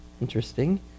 Interesting